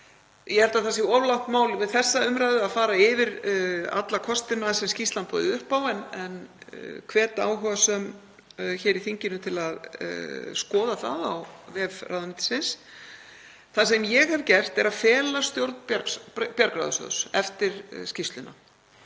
Ég held að það sé of langt mál við þessa umræðu að fara yfir alla kostina sem skýrslan býður upp á en hvet áhugasöm hér í þinginu til að skoða það á vef ráðuneytisins. Það sem ég hef gert er að fela stjórn Bjargráðasjóðs, eftir skýrsluna,